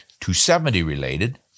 270-related